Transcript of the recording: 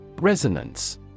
Resonance